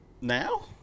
Now